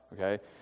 okay